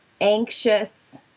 anxious